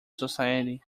society